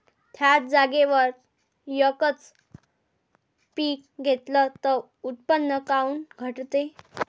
थ्याच जागेवर यकच पीक घेतलं त उत्पन्न काऊन घटते?